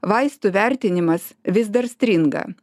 vaistų vertinimas vis dar stringa